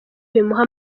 bimuha